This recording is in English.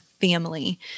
family